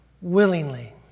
willingly